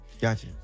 Gotcha